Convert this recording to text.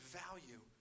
value